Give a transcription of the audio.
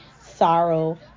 sorrow